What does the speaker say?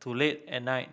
to late at night